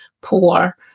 poor